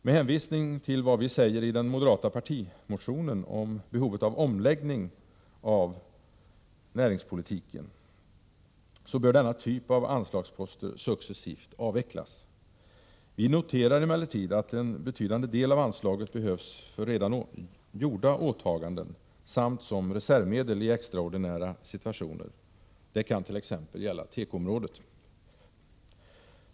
Med hänvisning till vad vi säger i den moderata partimotionen om behovet av omläggning av näringspolitiken bör denna typ av anslagsposter successivt avvecklas. Vi noterar emellertid att en betydande del av anslaget behövs för redan gjorda åtaganden samt som reservmedel i extraordinära situationer, t.ex. rörande tekoområdet.